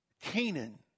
Canaan